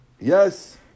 yes